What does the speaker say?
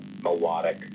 melodic